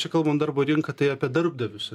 čia kalbam darbo rinką tai apie darbdavius